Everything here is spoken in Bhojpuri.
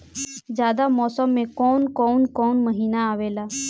जायद मौसम में कौन कउन कउन महीना आवेला?